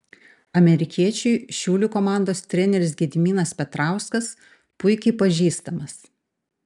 amerikiečiui šiaulių komandos treneris gediminas petrauskas puikiai pažįstamas